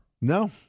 No